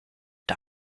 dug